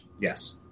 Yes